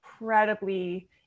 incredibly